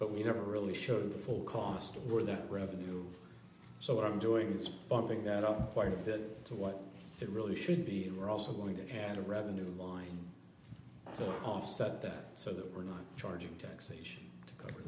but we never really showed the full cost or their revenue so what i'm doing is bumping that up quite a bit to what it really should be we're also going to have a revenue line to offset that so that we're not charging taxation to cover